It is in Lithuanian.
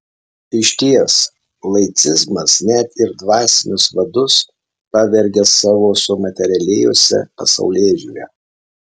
išties laicizmas net ir dvasinius vadus pavergia savo sumaterialėjusia pasaulėžiūra